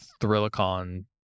thrillicon